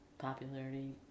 popularity